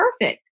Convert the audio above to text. perfect